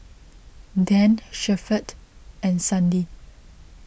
Dan Shepherd and Sandi